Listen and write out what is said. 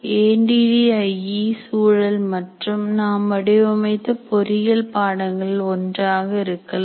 A D D I E சூழல் நாம் வடிவமைத்த பொறியியல் பாடங்களில் ஒன்றாக இருக்கலாம்